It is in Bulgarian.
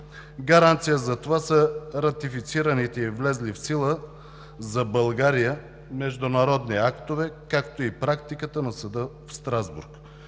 Гаранция за това са ратифицираните и влезли в сила за България международни актове, както и практиката на съда в Страсбург,